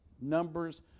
numbers